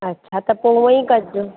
हा त पोइ उहा ई कजो